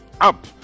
up